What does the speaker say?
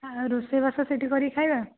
ଆଉ ରୋଷେଇ ବାସ ସେହିଠି କରିକି ଖାଇବା